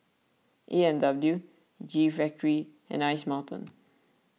A and W G Factory and Ice Mountain